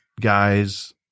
guys